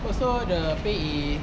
also the pay is